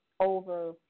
over